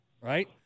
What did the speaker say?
right